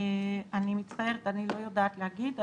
אני מצטערת, אני לא יודעת להגיד.